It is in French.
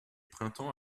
printemps